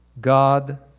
God